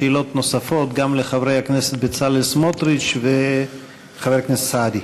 שאלות נוספות גם לחבר הכנסת בצלאל סמוטריץ וחבר הכנסת סעדי.